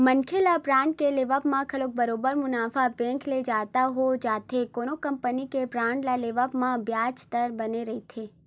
मनखे ल बांड के लेवब म घलो बरोबर मुनाफा बेंक ले जादा हो जाथे कोनो कंपनी के बांड ल लेवब म बियाज दर बने रहिथे